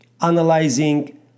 analyzing